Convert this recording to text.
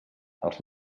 els